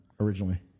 originally